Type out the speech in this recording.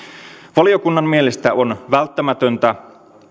valiokunnan mielestä on välttämätöntä